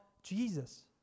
Jesus